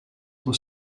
for